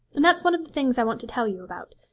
and that's one of the things i want to tell you about.